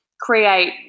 create